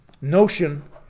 notion